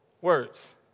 words